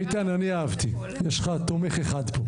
ערן, אני אהבתי, יש לך תומך אחד.